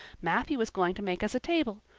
matthew is going to make us a table.